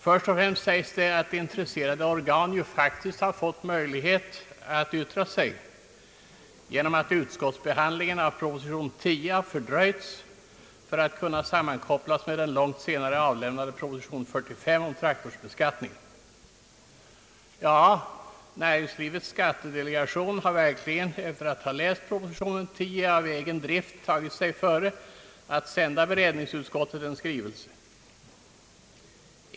Först och främst sägs att intresserade organ ju faktiskt haft möjlighet att yttra sig, genom att utskottsbehandlingen av proposition 10 fördröjts för att kunna sammankopplas med den långt senare avlämnade proposition 45 om traktorbeskattningen. Ja, Näringslivets skattedelegation har verkligen efter att ha läst proposition 10 av egen drift tagit sig för att sända bevillningsutskottet en skrivelse.